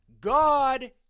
God